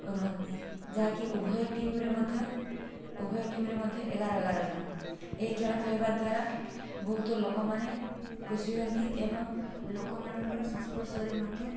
ରହନ୍ତି ଯାହାକି ଉଭୟ ଟିମ୍ରେ ମଧ୍ୟ ଉଭୟ ଟିମ୍ରେ ମଧ୍ୟ ଏଗାର ଏଗାର ଜଣ ଏହି ଖେଳ ଖେଳିବା ଦ୍ଵାରା ବହୁତ ଲୋକମାନେ ଖୁସି ହୁଅନ୍ତି ଏବଂ ଲୋକମାନଙ୍କର ସଂସ୍ପର୍ଶରେ ମଧ୍ୟ